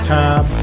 time